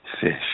fish